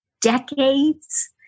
decades